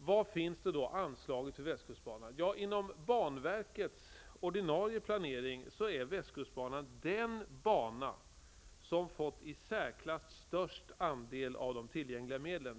Vad finns då anslaget till västkustbanan? I banverkets ordinarie planering är västkustbanan den bana som har fått i särklass störst andel av de tillgängliga medlen.